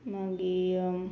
मागीर